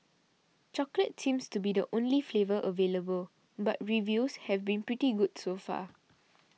chocolate seems to be the only flavour available but reviews have been pretty good so far